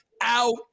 out